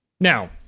Now